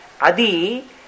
Adi